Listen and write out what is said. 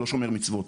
לא שומר מצוות.